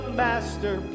master